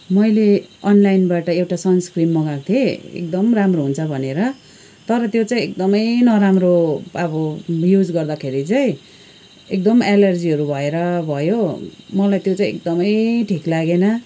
मैले अनलाइनबाट एउटा सनस्क्रिन मगाएको थिएँ एकदम राम्रो हुन्छ भनेर तर त्यो चाहिँ एकदमै नराम्रो अब युज गर्दाखेरि चाहिँ एकदम एलर्जीहरू भएर भयो मलाई त्यो चाहिँ एकदमै ठिक लागेन